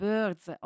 Birds